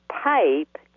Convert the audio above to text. pipe